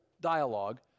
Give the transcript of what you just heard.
dialogue